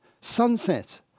sunset